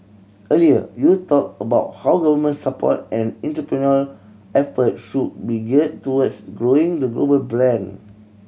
earlier you talked about how government support and entrepreneurial effort should be geared towards growing the global brand